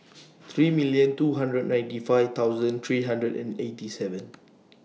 three million two hundred ninety five thousand three hundred and eighty seven